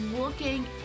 looking